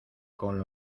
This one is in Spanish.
con